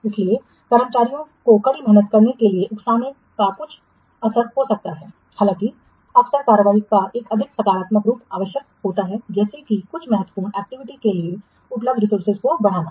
इसलिए कर्मचारियों को कड़ी मेहनत करने के लिए उकसाने का कुछ असर हो सकता है हालांकि अक्सर कार्रवाई का एक अधिक सकारात्मक रूप आवश्यक होता है जैसे कि कुछ महत्वपूर्ण एक्टिविटी के लिए उपलब्ध रिसोर्सेजों को बढ़ाना